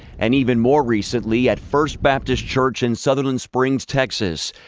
and even more recently at first baptist church in sutherland springs, texas.